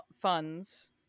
funds